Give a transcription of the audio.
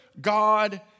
God